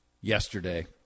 yesterday